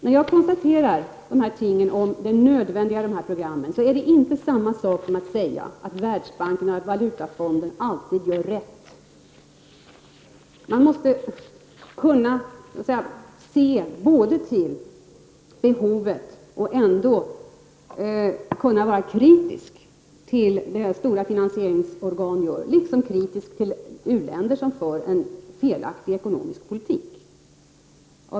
När jag konstaterar att dessa program är nödvändiga är det inte samma sak som att säga att Världsbanken och Valutafonden alltid gör rätt. Det gäller att kunna se till behoven och samtidigt kunna vara kritisk till vad stora finansieringsorgan gör. Det gäller också att kunna vara kritisk till u-länder som för en felaktig ekonomisk politik.